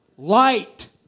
Light